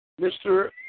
Mr